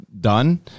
done